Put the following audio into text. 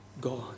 God